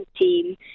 team